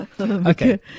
Okay